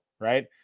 right